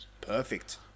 perfect